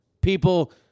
People